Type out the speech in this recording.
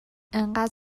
اینقد